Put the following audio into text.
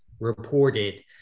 reported